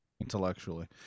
intellectually